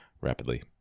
rapidly